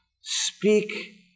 Speak